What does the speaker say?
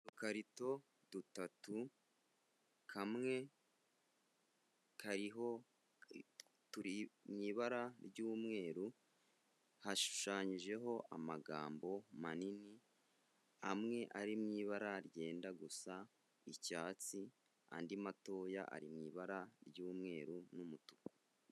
Udukarito dutatu, kamwe kariho turi mu ibara ry'umweru. Hashushanyijeho amagambo manini, amwe ari mu ibara ryenda gusa icyatsi. Andi matoya ari mu ibara ry'umweru n'umutuku.